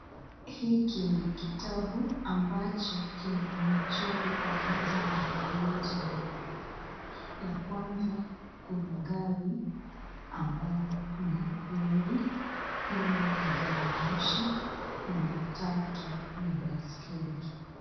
Hiki ni kitabu ambacho kina michoro pamoja na maelezo mbalimbali. Ya kwanza kuna gari ambalo ni lori, pili ni gari moshi na tatu ni baisikeli.